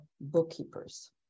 bookkeepers